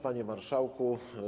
Panie Marszałku!